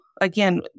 again